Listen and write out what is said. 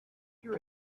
your